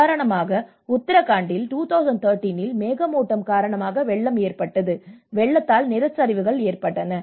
உதாரணமாக உத்தரகண்டில் 2013 இல் மேகமூட்டம் காரணமாக வெள்ளம் ஏற்பட்டது வெள்ளத்தால் நிலச்சரிவுகள் ஏற்பட்டன